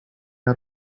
out